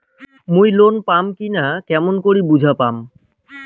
মুই লোন পাম কি না কেমন করি বুঝা পাম?